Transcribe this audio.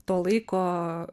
to laiko